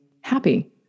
happy